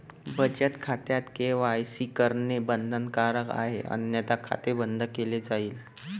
बचत खात्यात के.वाय.सी करणे बंधनकारक आहे अन्यथा खाते बंद केले जाईल